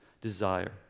desire